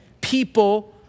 people